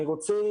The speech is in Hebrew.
אני רוצה